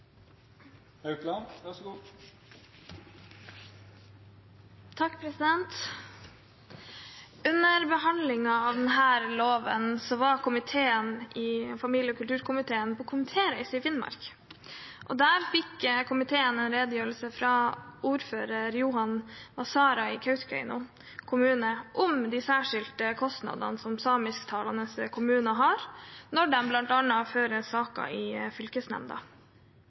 Under behandlingen av denne loven var familie- og kulturkomiteen på komitéreise i Finnmark. Der fikk komiteen en redegjørelse av ordfører Johan Vasara i Kautokeino kommune om de særskilte kostnadene som samisktalende kommuner har bl.a. når de fører saker i fylkesnemnda.